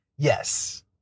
Yes